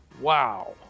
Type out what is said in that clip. Wow